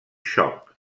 xoc